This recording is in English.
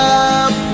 up